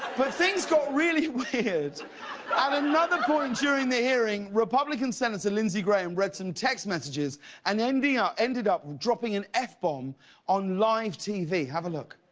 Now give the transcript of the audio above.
but things got really weird at another point during the hearing, republican senator lynde graham read some text messages and ended ah ended up dropping an f bomb on live tv. have a look.